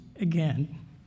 again